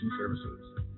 services